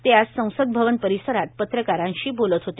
ते आज संसद भवन परिसरात पत्रकारांशी बोलत होते